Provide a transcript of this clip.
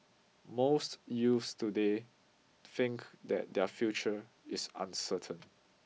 most youths today think that their future is uncertain